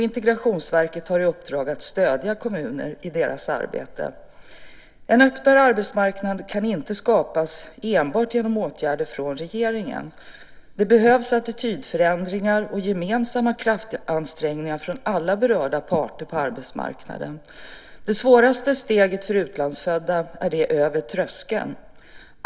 Integrationsverket har i uppdrag att stödja kommuner i deras arbete. En öppnare arbetsmarknad kan inte skapas enbart genom åtgärder från regeringen. Det behövs attitydförändringar och gemensamma kraftansträngningar från alla berörda parter på arbetsmarknaden. Det svåraste steget för utlandsfödda är det över tröskeln.